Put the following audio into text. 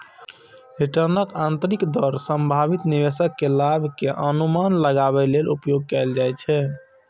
रिटर्नक आंतरिक दर संभावित निवेश के लाभ के अनुमान लगाबै लेल उपयोग कैल जाइ छै